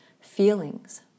feelings